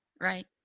Right